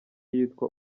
yitwa